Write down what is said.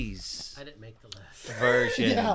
version